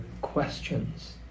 questions